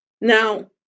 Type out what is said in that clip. Now